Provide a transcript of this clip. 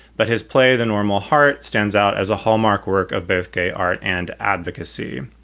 but his play, the normal heart, stands out as a hallmark work of both gay art and advocacy